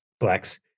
Flex